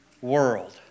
world